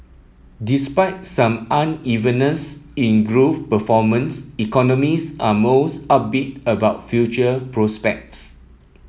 despite some unevenness in growth performance economies are most upbeat about future prospects